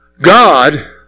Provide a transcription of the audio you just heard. God